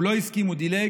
הוא לא הסכים, הוא דילג.